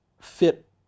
fit